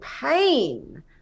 pain